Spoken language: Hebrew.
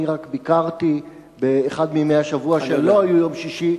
אני רק ביקרתי באחד מימי השבוע שלא היה יום שישי,